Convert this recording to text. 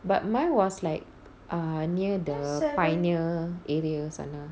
but mine was like err near the pioneer area sana